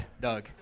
Doug